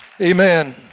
Amen